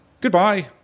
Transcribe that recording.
Goodbye